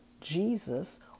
Jesus